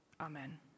Amen